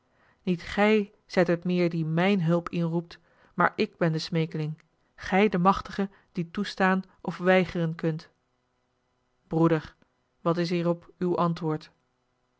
niet gij zijt het meer die mijn hulp inroept maar ik ben de smeekeling gij de machtige die toestaan of weigeren kunt broeder wat is hierop uw antwoord